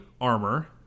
Armor